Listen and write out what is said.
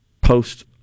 post